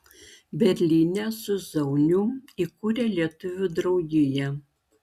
berlyne su zaunium įkūrė lietuvių draugiją